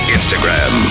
Instagram